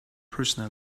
person